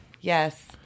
Yes